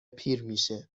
پیرمیشه